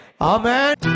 Amen